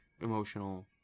emotional